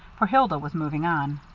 for hilda was moving on.